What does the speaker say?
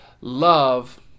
love